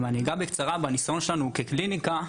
אני אגע בקצרה בניסיון שלנו כקליניקה.